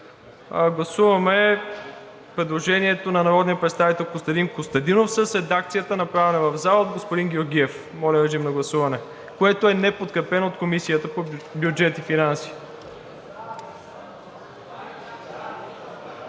Гласуваме предложението на народния представител Костадин Костадинов с редакцията, направена в залата от господин Георгиев, което е неподкрепено от Комисията по бюджет и финанси.